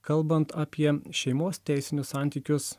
kalbant apie šeimos teisinius santykius